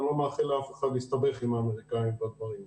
ואני לא מאחל לאף אחד להסתבך עם האמריקאים בדברים האלה.